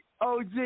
OG